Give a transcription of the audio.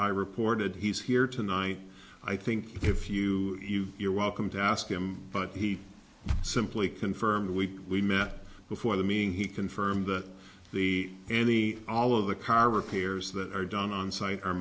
i reported he's here tonight i think if you you you're welcome to ask him but he simply confirmed we we met before the meeting he confirmed that we any all of the car repairs that are done on site